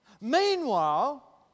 Meanwhile